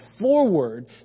forward